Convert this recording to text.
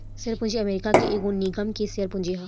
share पूंजी America के एगो निगम के शेयर पूंजी ह